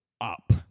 Up